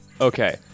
Okay